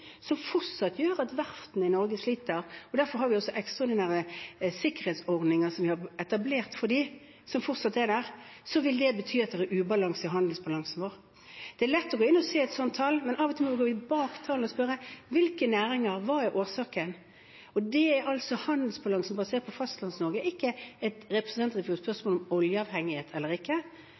Norge fortsatt sliter, og det betyr at det er ubalanse i handelsbalansen vår. Derfor etablerte vi sikkerhetsordninger, som fortsatt er der. Det er lett å nevne tall, men av og til må vi gå bak tallene og spørre: Hvilke næringer? Hva er årsaken? Det er altså snakk om handelsbalansen basert på Fastlands-Norge, ikke et spørsmål om oljeavhengighet eller ikke,